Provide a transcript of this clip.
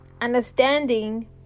understanding